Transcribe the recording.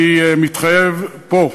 אני מתחייב פה,